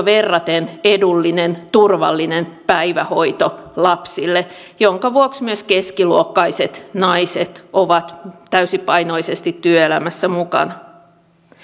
verraten edullinen turvallinen päivähoito lapsille minkä vuoksi myös keskiluokkaiset naiset ovat täysipainoisesti työelämässä mukana